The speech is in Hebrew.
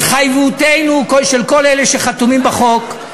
התחייבותנו, של כל אלה שחתומים בחוק,